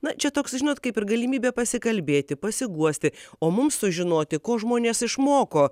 na čia toks žinot kaip ir galimybė pasikalbėti pasiguosti o mums sužinoti ko žmonės išmoko